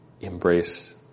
embrace